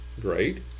great